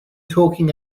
talking